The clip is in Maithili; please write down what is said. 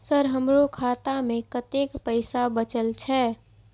सर हमरो खाता में कतेक पैसा बचल छे?